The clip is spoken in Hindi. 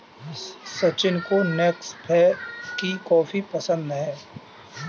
सचिन को नेस्कैफे की कॉफी बहुत पसंद है